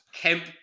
Kemp